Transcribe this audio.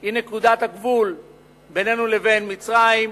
היא נקודת הגבול בינינו לבין מצרים,